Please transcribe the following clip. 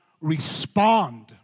respond